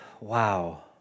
Wow